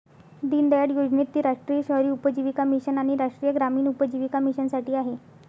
दीनदयाळ योजनेत ती राष्ट्रीय शहरी उपजीविका मिशन आणि राष्ट्रीय ग्रामीण उपजीविका मिशनसाठी आहे